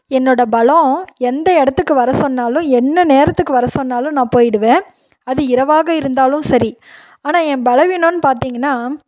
என்னோடய பலம் எந்த இடத்துக்கு வர சொன்னாலும் என்ன நேரத்துக்கு வர சொன்னாலும் நான் போயிடுவன் அது இரவாக இருந்தாலும் சரி ஆனால் என் பலவீனன் பார்த்திங்கன்னா